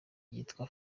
yitwa